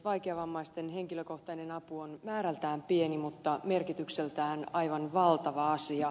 vaikeavammaisten henkilökohtainen apu on määrältään pieni mutta merkitykseltään aivan valtava asia